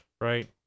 right